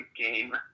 game